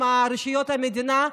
עם רשויות המדינה.